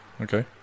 okay